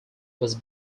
was